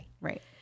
Right